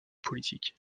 politique